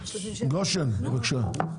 גושן, בבקשה.